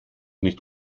nicht